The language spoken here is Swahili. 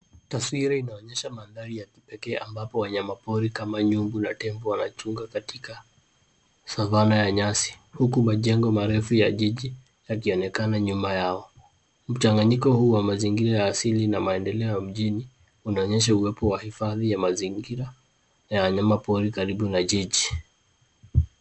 Taswira inaonyesha mandhari ya kipekee ambapo wanyama pori kama nyungu na Tembo wanachunga katika savannah ya nyasi huku majengo marefu ya jiji akionekana nyuma yao ,mchanganyiko huu wa mazingira ya asili na maendeleo ya mjini unaonyesha uwepo wa hifadhi ya mazingira ya wanyama pori karibu na jiji.